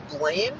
blame